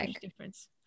difference